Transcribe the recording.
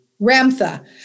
Ramtha